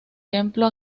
templo